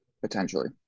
potentially